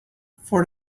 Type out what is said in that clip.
for